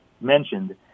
mentioned